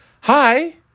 hi